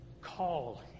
Call